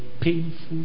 painful